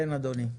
כן אדוני.